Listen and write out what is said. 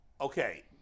Okay